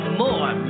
more